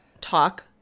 talk